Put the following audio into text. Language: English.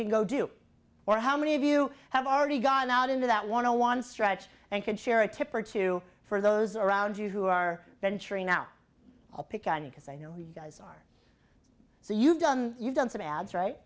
can go do or how many of you have already gone out into that one on one stretch and could share a tip or two for those around you who are venturing out i'll pick on you because i know you guys are so you've done you've done some ads right